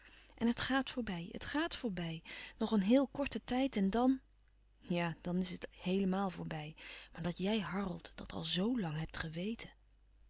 en het gaat voorbij het gaat voorbij nog een heel korten tijd en dàn ja dan is het heelemaal voorbij maar dat jij harold dat al zo lang hebt geweten